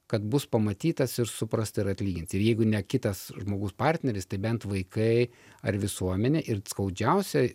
kad bus pamatytas ir suprasta ir atlyginta ir jeigu ne kitas žmogus partneris tai bent vaikai ar visuomenė ir skaudžiausiai